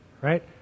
right